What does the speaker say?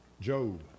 Job